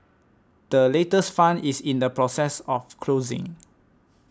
the latest fund is in the process of closing